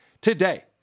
Today